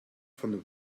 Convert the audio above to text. von